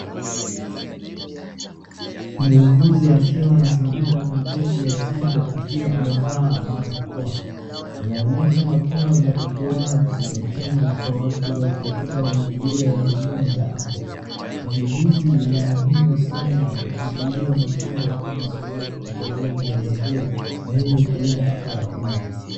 Muuguzi akiwa na sindano na dozi ya chanjo akiwa amevaa barakoa. Inaonyesha hatua za utoaji wa chanjo kwa watu katika mazingira ya huduma za afya. Chanjo hizi ni muhimu sana kwa kuzuia magonjwa kama surua, kupeleleza na rubela na hivyo kulinda afya ya umma.